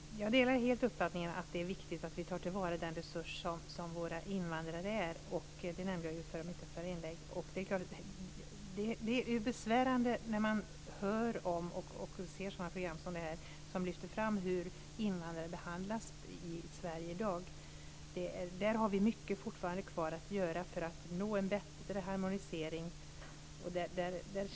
Fru talman! Jag delar helt uppfattningen att det är viktigt att vi tar till vara den resurs som våra invandrare är. Det nämnde jag ju i mitt förra inlägg. Det är besvärande när man ser sådana program som lyfter fram hur invandrare behandlas i Sverige i dag. Där har vi fortfarande mycket kvar att göra för att nå en bättre harmonisering.